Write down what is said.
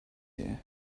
here